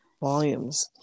volumes